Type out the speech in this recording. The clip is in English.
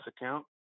account